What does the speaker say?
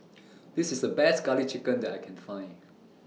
This IS A Best Garlic Chicken that I Can Find